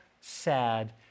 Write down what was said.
sad